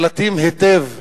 נקלטים היטב בציבור.